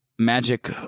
Magic